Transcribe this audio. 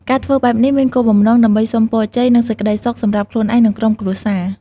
ការធ្វើបែបនេះមានគោលបំណងដើម្បីសុំពរជ័យ និងសេចក្តីសុខសម្រាប់ខ្លួនឯង និងក្រុមគ្រួសារ។